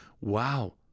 wow